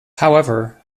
however